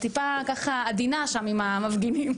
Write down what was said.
את טיפה עדינה שם עם המפגינים.